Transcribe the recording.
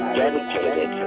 dedicated